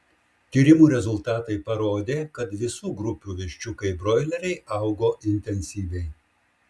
tyrimų rezultatai parodė kad visų grupių viščiukai broileriai augo intensyviai